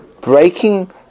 breaking